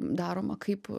daroma kaip